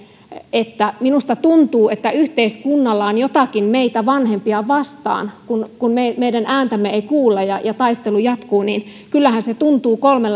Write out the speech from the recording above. että hänestä tuntuu että yhteiskunnalla on jotakin vanhempia vastaan kun kun heidän ääntään ei kuulla ja ja taistelu jatkuu ja kyllähän se tuntuu kolmen